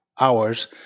hours